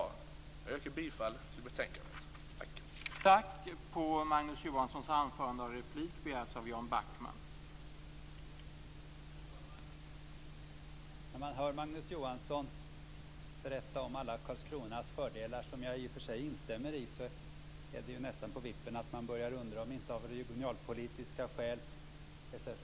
Jag yrkar bifall till utskottets hemställan i betänkandet.